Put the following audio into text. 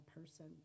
person